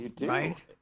right